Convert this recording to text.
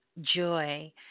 joy